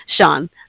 sean